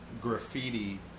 graffiti